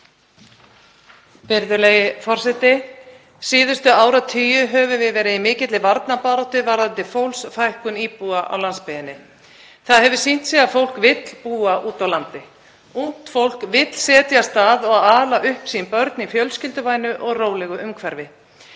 Síðustu áratugi höfum við verið í mikilli varnarbaráttu varðandi fólksfækkun íbúa á landsbyggðinni. Það hefur sýnt sig að fólk vill búa úti á landi. Ungt fólk vill setjast að og ala upp börn sín í fjölskylduvænu og rólegu umhverfi.